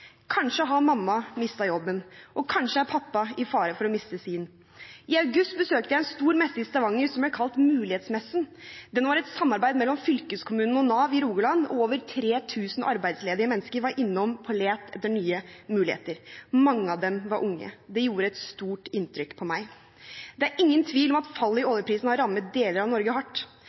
Kanskje har mamma mistet jobben, og kanskje er pappa i fare for å miste sin. I august besøkte jeg en stor messe i Stavanger som ble kalt Mulighetsmessen. Den var et samarbeid mellom fylkeskommunen og Nav i Rogaland, og over 3 000 arbeidsledige mennesker var innom på let etter nye muligheter. Mange av dem var unge. Det gjorde et sterkt inntrykk på meg. Det er ingen tvil om at fallet i oljeprisen har rammet deler av Norge hardt.